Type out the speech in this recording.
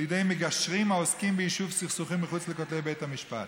"לידי מגשרים העוסקים ביישוב סכסוכים מחוץ לכותלי בית המשפט.